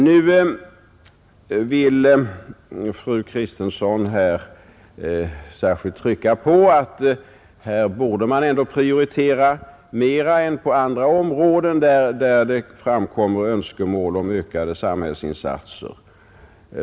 Nu vill fru Kristensson särskilt trycka på att här borde man ändå prioritera mera än på andra områden, där det framkommer önskemål om ökade samhällsinsatser.